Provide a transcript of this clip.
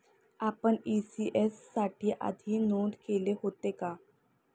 आपण इ.सी.एस साठी आधी नोंद केले होते का?